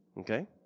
Okay